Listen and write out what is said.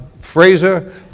Fraser